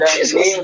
Jesus